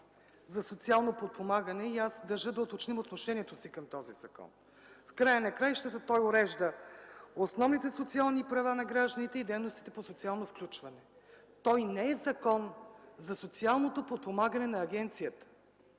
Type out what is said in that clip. за социално подпомагане и държа да уточним отношението си към този закон. В края на краищата той урежда основните социални права на гражданите и дейностите по социално включване. Той не е Закон за социалното подпомагане на агенцията.